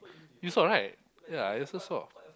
you saw right ya I also saw